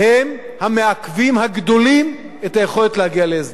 המעכבים הגדולים של היכולת להגיע להסדר.